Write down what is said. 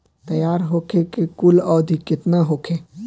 तैयार होखे के कुल अवधि केतना होखे?